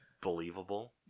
believable